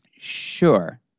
sure